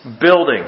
building